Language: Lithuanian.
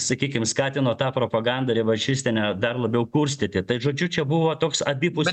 sakykim skatino tą propagandą revanšistinę dar labiau kurstyti tai žodžiu čia buvo toks abipusis